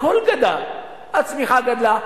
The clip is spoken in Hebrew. הכול גדל: הצמיחה גדלה,